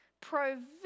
Provision